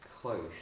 close